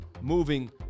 moving